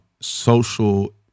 social